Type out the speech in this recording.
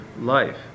life